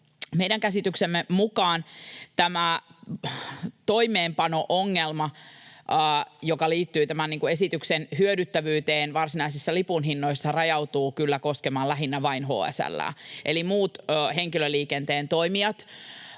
Meidän käsityksemme mukaan tämä toimeenpano-ongelma, joka liittyy tämän esityksen hyödyttävyyteen varsinaisissa lipunhinnoissa, rajautuu kyllä koskemaan lähinnä vain HSL:ää. Eli muut henkilöliikenteen toimijat